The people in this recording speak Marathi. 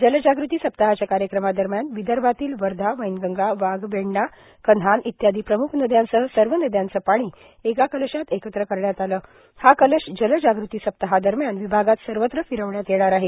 जलजागृती सप्ताहाच्या कार्यक्रमादरम्यान विदर्भातील वर्धा वैनगंगा बाघ वेण्णा कन्हान इत्यादी प्रमुख नद्यांसह सर्व नद्यांच पाणी एका कलशात एकत्र करण्यात आल हा कलश जलजाग़ती सप्ताहादरम्यान विभागात सर्वत्र फिरविण्यात येणार आहे